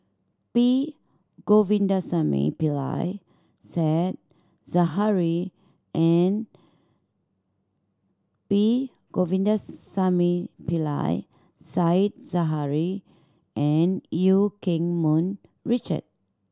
P Govindasamy Pillai Said Zahari and P Govindasamy Pillai Said Zahari and Eu Keng Mun Richard